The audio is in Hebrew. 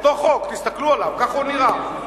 אותו חוק, תסתכלו עליו, כך הוא נראה.